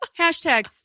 Hashtag